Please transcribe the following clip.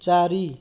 ଚାରି